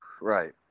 Right